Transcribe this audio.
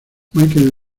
michael